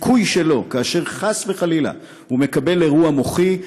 כאשר חס וחלילה הוא מקבל אירוע מוחי,